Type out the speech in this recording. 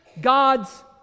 God's